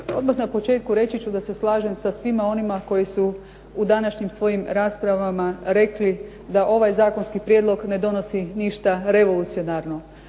Odmah na početku reći ću da se slažem sa svima onima koji su u današnjim svojim raspravama rekli da ovaj zakonski prijedlog ne donosi ništa revolucionarno.